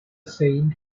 saint